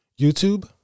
YouTube